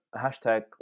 hashtag